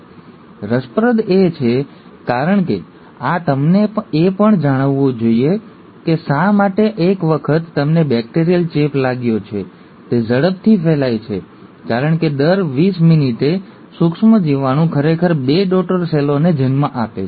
હવે તે રસપ્રદ છે કારણ કે આ તમને એ પણ જણાવવું જોઈએ કે શા માટે એક વખત તમને બેક્ટેરિયલ ચેપ લાગ્યો છે તે ઝડપથી ફેલાય છે કારણ કે દર વીસ મિનિટે સૂક્ષ્મજીવાણુ ખરેખર બે ડૉટર સેલોને જન્મ આપે છે